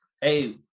Hey